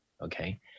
Okay